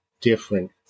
different